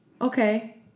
okay